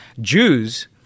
Jews